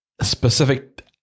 specific